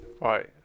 right